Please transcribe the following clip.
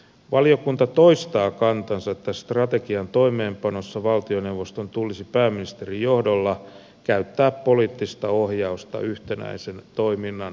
valiokunta toistaa kantansa että strategian toimeenpanossa valtioneuvoston tulisi pääministerin johdolla käyttää poliittista ohjausta yhtenäisen toiminnan saavuttamiseksi